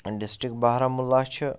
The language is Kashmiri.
ڈِسٹِرک بارہمُلہ چھُ